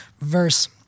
verse